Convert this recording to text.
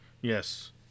Yes